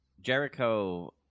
Jericho